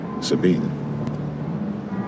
Sabine